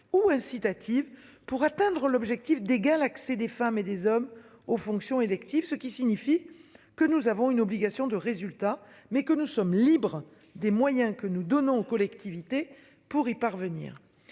ou incitatives pour atteindre l'objectif d'égal accès des femmes et des hommes aux fonctions électives. Ce qui signifie que nous avons une obligation de résultat, mais que nous sommes libres des moyens que nous donnons aux collectivités pour y parvenir.